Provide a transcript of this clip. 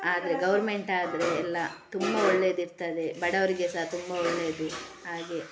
ಆದರೆ ಗೌರ್ಮೆಂಟ್ ಆದರೆ ಎಲ್ಲ ತುಂಬ ಒಳ್ಳೆದಿರ್ತದೆ ಬಡವರಿಗೆ ಸಹ ತುಂಬ ಒಳ್ಳೆದು ಹಾಗೆ